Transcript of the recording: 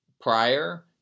prior